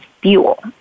fuel